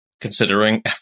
considering